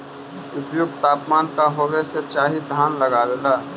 उपयुक्त तापमान का होबे के चाही धान लगावे ला?